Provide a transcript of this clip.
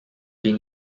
been